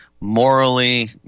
morally